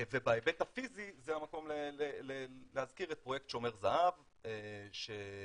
בהיבט הפיזי זה המקום להזכיר את פרויקט "שומר זהב" שאחרי